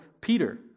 Peter